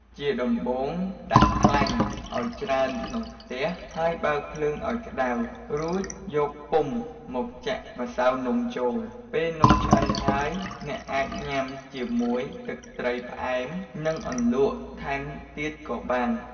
ជាដំបូង ដាក់ខ្លាញ់ឱ្យច្រើនក្នុងខ្ទះ ហើយបើកភ្លើងឱ្យក្តៅ រួចយកពុម្ពមកចាក់ម្សៅនំចូល ពេលនំឆ្អិនហើយអ្នកអាចញុំាជាមួយទឹកត្រីផ្អែម និង អន្លក់ថែមទៀតក៏បាន។